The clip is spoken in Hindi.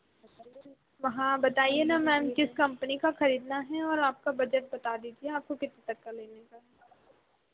हाँ बताइये ना मैम किस कंपनी का खरीदना है और आपका बजट बता दीजिये आपको कितने तक का लेना है